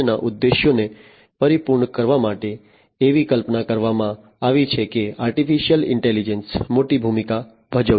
0 ના ઉદ્દેશ્યોને પરિપૂર્ણ કરવા માટે એવી કલ્પના કરવામાં આવી છે કે આર્ટિફિશિયલ ઇન્ટેલિજન્સ મોટી ભૂમિકા ભજવશે